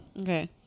Okay